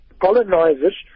colonizers